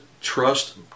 trust